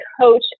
coach